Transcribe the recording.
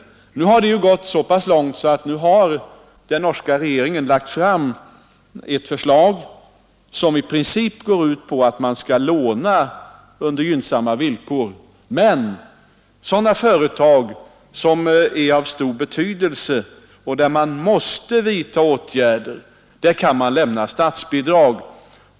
Nu har det gått så pass långt att den norska regeringen har lagt fram ett förslag som i princip går ut på att företag skall få lån på gynnsamma villkor. Till sådana företag som är av stor betydelse och som måste vidta åtgärder kan man emellertid lämna statsbidrag.